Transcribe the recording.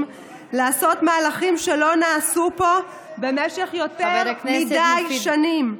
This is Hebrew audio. לעשות מהלכים שלא נעשו פה במשך יותר מדי שנים.